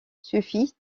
suffit